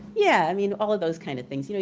yeah, i mean all of those kind of things. you know